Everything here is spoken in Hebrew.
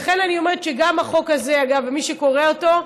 לכן אני אומרת שגם לחוק הזה, אגב, מי שקורא אותו,